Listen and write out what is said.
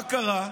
מה קרה?